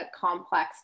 complex